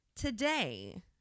Today